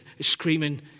screaming